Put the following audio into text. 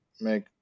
make